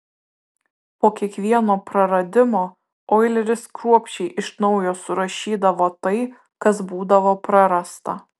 po kiekvieno praradimo oileris kruopščiai iš naujo surašydavo tai kas būdavo prarasta